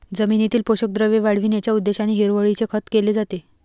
जमिनीतील पोषक द्रव्ये वाढविण्याच्या उद्देशाने हिरवळीचे खत केले जाते